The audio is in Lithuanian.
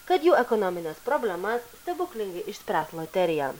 kad jų ekonomines problemas stebuklingai išspręs loterija